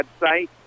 website